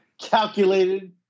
Calculated